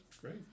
Great